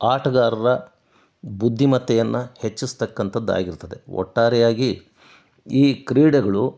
ಆಟಗಾರರ ಬುದ್ಧಿಮತ್ತೆಯನ್ನು ಹೆಚ್ಚಿಸತಕ್ಕಂಥದ್ದಾಗಿರುತ್ತದೆ ಒಟ್ಟಾರೆಯಾಗಿ ಈ ಕ್ರೀಡೆಗಳು